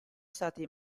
stati